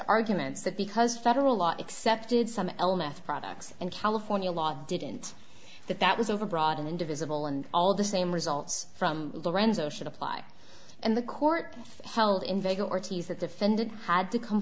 arguments that because federal law excepted some l method products and california law didn't that that was overbroad and indivisible and all the same results from lorenzo should apply and the court held in vega ortiz the defendant had to come